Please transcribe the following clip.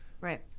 Right